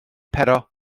pero